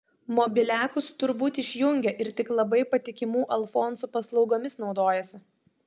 mobiliakus tur būt išjungia ir tik labai patikimų alfonsų paslaugomis naudojasi